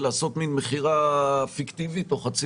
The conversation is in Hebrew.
לעשות מין מכירה פיקטיבית או חצי